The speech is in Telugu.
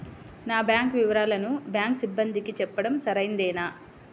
నా బ్యాంకు వివరాలను బ్యాంకు సిబ్బందికి చెప్పడం సరైందేనా?